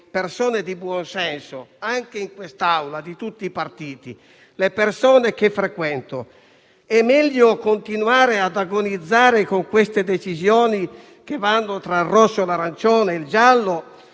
persone di buon senso, anche in questa Aula, di tutti i partiti, le persone che frequento; è meglio continuare ad agonizzare con queste decisioni che vanno tra il rosso, l'arancione e il giallo